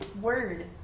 word